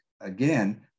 again